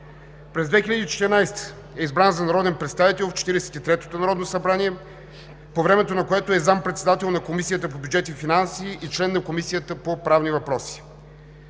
През 2014 г. е избран за народен представител в Четиридесет и третото народно събрание, по времето на което е заместник-председател на Комисията по бюджет и финанси и член на Комисията по правни въпроси.